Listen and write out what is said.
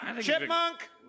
Chipmunk